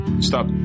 stop